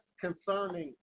concerning